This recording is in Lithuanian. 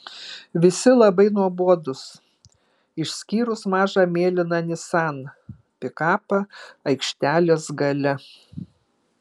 visi labai nuobodūs išskyrus mažą mėlyną nissan pikapą aikštelės gale